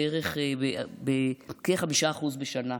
בערך 5% בשנה,